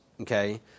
okay